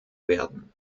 werden